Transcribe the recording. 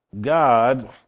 God